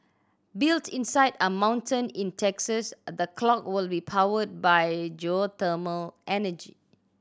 built inside a mountain in Texas the clock will be powered by geothermal energy